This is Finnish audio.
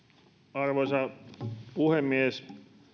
arvoisa puhemies